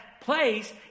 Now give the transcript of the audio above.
place